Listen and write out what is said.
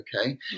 okay